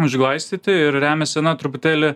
užglaistyti ir remiasi na truputėlį